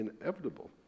inevitable